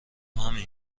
همین